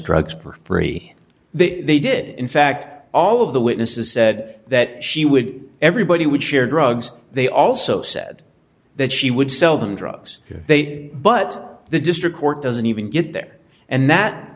drugs for free they did in fact all of the witnesses said that she would everybody would share drugs they also said that she would sell them drugs but the district court doesn't even get there and that